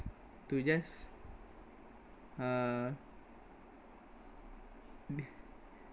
to just uh